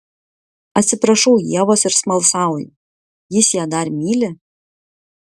atsiprašau ievos ir smalsauju jis ją dar myli